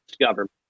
government